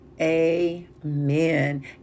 Amen